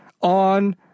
on